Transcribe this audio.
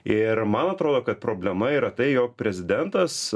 ir man atrodo kad problema yra tai jog prezidentas